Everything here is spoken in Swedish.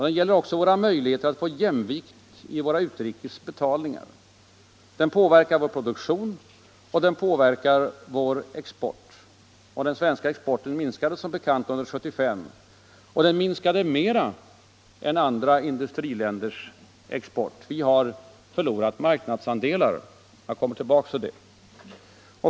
Den gäller våra möjligheter att få jämvikt i våra utrikesbetalningar. Den påverkar vår produktion och vår export. Den svenska exporten minskade som bekant under 1975, och den minskade mer än andra industriländers export. Vi har förlorat marknadsandelar, jag kommer tillbaka till det.